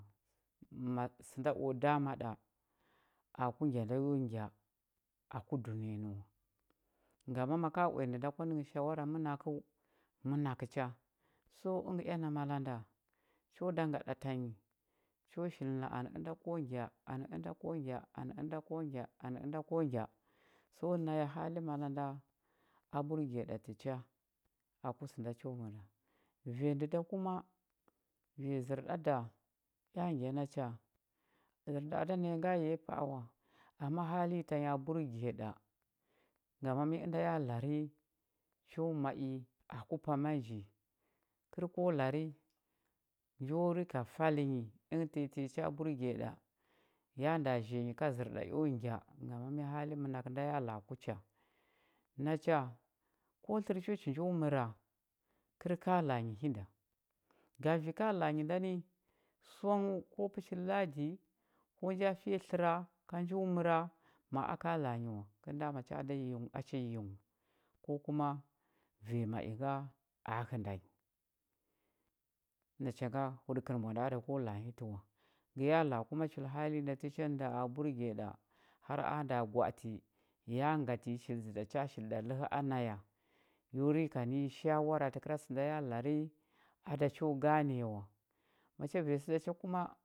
Ma sə nda o dama ɗa aku ngya nda yo ngya aku dunəya nə wa ngama ngama ma ka uya ndə nda kwa nə nghə shawara mənakəu mənakə cha so əngə ea na mala nda cho da nga ɗa tanyi cho shili na anə ənda ko ngya anə ənda ko ngya anə ənda ko ngya anə ənda ko ngya so naya hali mala nda a burge ɗa tə cha aku sə nda cho məra vanya ndə da kuma vanya zər ɗa da ea ngya na cha nda a da naya nga yh nyi pa a ma hali nyi tanya burge ɗa ngama ən da ya lari ənda cho ma i ku pama nji kəl ko lari njo rika fal nyi əngə tanyi tanyi cha burge ɗa ya nda zhiya nyi ka zərɗa eo gya ngama mya hali ənakə da ya la a ku cha nacha ko tlər chochi njo məra kəl ka la a nyi hi nda gavi ka la a nyi ndani song ko pəshir ladi ko ja fiya tləra ka njo məra ma a ka la a nyi wa kəl nda macha a da yiying a cha yiying wa ko kuma vanya ma i nga hənda nyi nacha nga huɗəkər mbwa da a da ko la a nyi ə wa ngə la a kuma chul hali nyi nda tə cha nə nda a burge ɗa har a nda gwa atə ya ngatə nyi shili dzə ɗa cha shili ɗa ləhə na ya yo rika nə nyi shawara təkəra ə nda ya lari a cho gane wa,